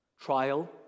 Trial